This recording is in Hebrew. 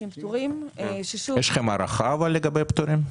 יש לכם הערכה לגבי עסקים פטורים?